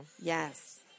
Yes